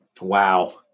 Wow